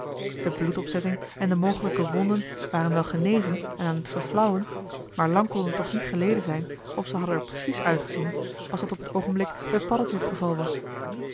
de bloedopzetting en de mogelijke wonden waren wel genezen en aan t verflauwen maar lang kon het toch niet geleden zijn of zij hadden er precies uitgezien als dat op t oogenblik bij paddeltje t geval was